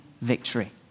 victory